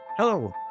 Hello